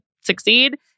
succeed